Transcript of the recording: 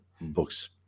books